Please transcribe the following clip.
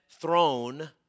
throne